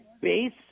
base